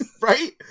Right